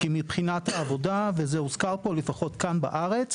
כי מבחינת עבודה, וזה הוזכר פה, לפחות כאן בארץ,